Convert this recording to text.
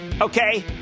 okay